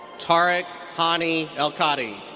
tarek hani elkady.